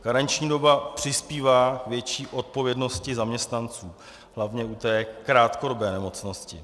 Karenční doba přispívá k větší odpovědnosti zaměstnanců hlavně u krátkodobé nemocnosti.